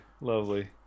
lovely